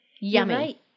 yummy